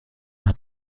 hat